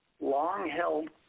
long-held